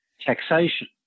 taxation